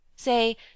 Say